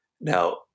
now